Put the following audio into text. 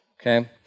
okay